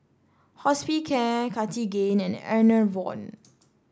Hospicare Cartigain and Enervon